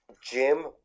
gym